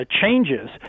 changes